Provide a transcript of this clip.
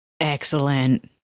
Excellent